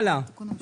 רוויזיה.